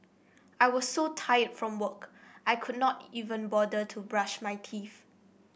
I was so tired from work I could not even bother to brush my teeth